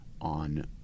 on